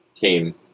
came